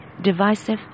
divisive